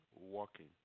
walking